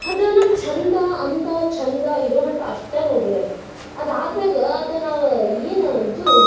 ಅದ ನಮ್ಮ ಚಂದ ಅಂದ ಚಂದ ಇರೊ ಮಟ್ಟ ಅಷ್ಟೆ ನೋಡ್ರಿ ಅದು ಅದಾದ್ಮೇಗೆ ಅದು ನಾವು ಏನು ಇದು